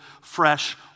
fresh